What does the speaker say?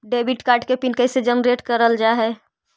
Debit card के PIN कैसे generate करल जाहै?